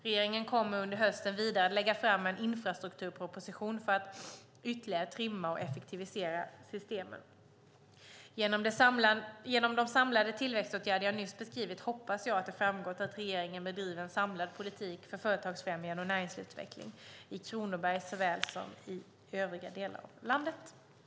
Regeringen kommer under hösten vidare att lägga fram en infrastrukturproposition för att ytterligare trimma och effektivisera systemen. Genom de samlade tillväxtåtgärder jag nyss beskrivit hoppas jag att det framgått att regeringen bedriver en samlad politik för företagsfrämjande och näringsutveckling, i Kronoberg såväl som i övriga delar av landet.